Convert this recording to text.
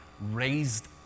raised